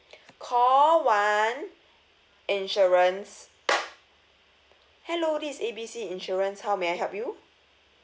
call one insurance hello this is A B C insurance how may I help you